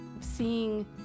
seeing